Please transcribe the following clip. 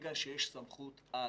ברגע שיש סמכות-על